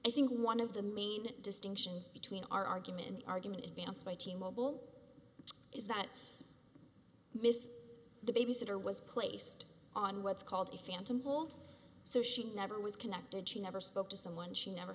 i think one of the main distinctions between our argument argument advanced by t mobile is that miss the baby sitter was placed on what's called a phantom hold so she never was conducted she never spoke to someone she never